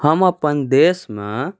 हम अपन देशमे